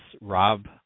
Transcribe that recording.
Rob